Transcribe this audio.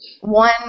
one